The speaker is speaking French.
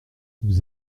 vous